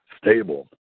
stable